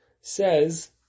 says